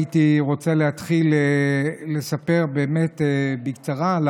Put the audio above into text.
הייתי רוצה להתחיל לספר באמת בקצרה על